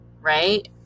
right